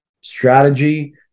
strategy